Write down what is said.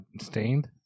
stained